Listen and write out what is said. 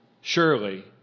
surely